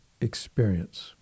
experience